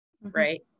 right